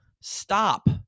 stop